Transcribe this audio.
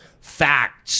facts